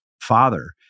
father